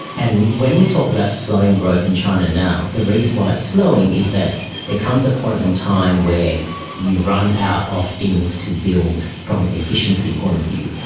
and when we talk about slowing growth in china now, the reason why it's slowing is that there comes a point in time where you run out of things to build from an efficiency point of view.